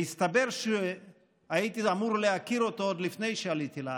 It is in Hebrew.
והסתבר שהייתי אמור להכיר אותו עוד לפני שעליתי לארץ,